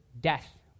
death